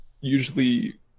usually